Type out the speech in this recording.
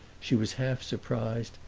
she was half-surprised,